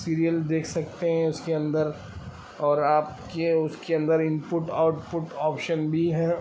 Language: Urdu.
سیریل دیکھ سکتے ہیں اس کے اندر اور آپ کے اس کے اندر input output option بھی ہیں